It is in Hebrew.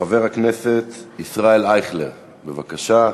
חבר הכנסת ישראל אייכלר, בבקשה.